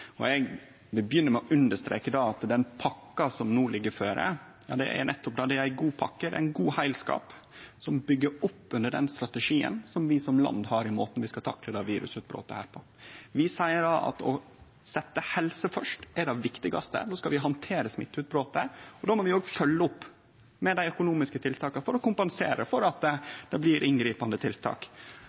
Eg vil begynne med å understreke at den pakka som no ligg føre, er ei god pakke, det er ein god heilskap, som byggjer opp under den strategien vi som land har i måten vi skal takle dette virusutbrotet på. Vi seier at å setje helse først er det viktigaste. No skal vi handtere smitteutbrotet, og då må vi òg følgje opp med dei økonomiske tiltaka for å kompensere for at det blir inngripande tiltak.